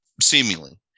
seemingly